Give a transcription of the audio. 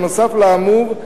נוסף על האמור,